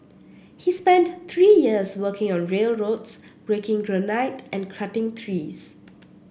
he spent three years working on railroads breaking granite and cutting trees